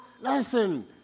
Listen